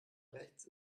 rechts